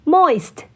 Moist